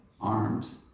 arms